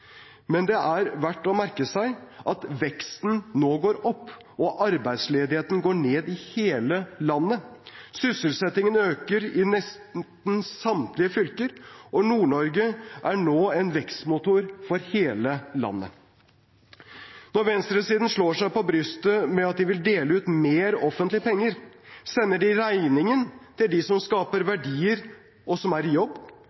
Men det er verdt å merke seg at veksten nå går opp, og at arbeidsledigheten går ned i hele landet. Sysselsettingen øker i nesten samtlige fylker. Nord-Norge er nå en vekstmotor for hele landet. Når venstresiden slår seg på brystet med at de vil dele ut mer offentlige penger, sender de regningen til dem som skaper verdier, og som er i jobb.